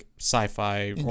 sci-fi